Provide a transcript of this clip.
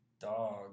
Dog